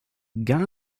gar